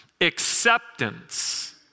acceptance